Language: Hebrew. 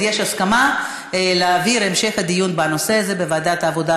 אז יש הסכמה להעביר את המשך הדיון בנושא הזה לוועדת העבודה,